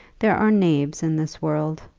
there are knaves in this world,